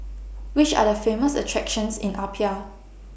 Which Are The Famous attractions in Apia